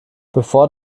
bevor